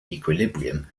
equilibrium